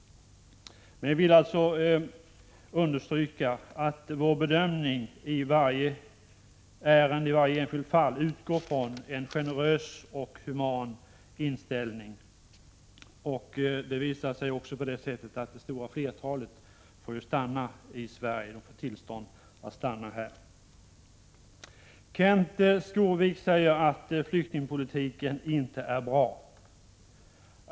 Jag vill alltså understryka att vår bedömning i varje enskilt fall utgår från en generös och human inställning. Det visar sig också att det stora flertalet får tillstånd att stanna här i Sverige. Kenth Skårvik sade att flyktingpolitiken inte är bra.